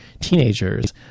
teenagers